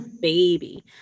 baby